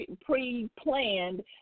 pre-planned